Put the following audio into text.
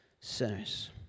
sinners